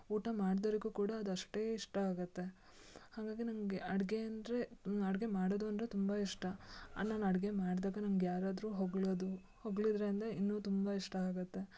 ಊಟ ಮಾಡ್ದೋರಿಗು ಕೂಡ ಅದು ಅಷ್ಟೇ ಇಷ್ಟ ಆಗುತ್ತೆ ಹಾಗಾಗಿ ನನಗೆ ಅಡುಗೆ ಅಂದರೆ ಅಡುಗೆ ಮಾಡೋದು ಅಂದರೆ ತುಂಬ ಇಷ್ಟ ನಾನು ಅಡುಗೆ ಮಾಡಿದಾಗ ನಮ್ಗೆ ಯಾರಾದರೂ ಹೊಗಳೋದು ಹೊಗಳಿದ್ರು ಅಂದರೆ ಇನ್ನೂ ತುಂಬ ಇಷ್ಟ ಆಗುತ್ತೆ